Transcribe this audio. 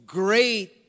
great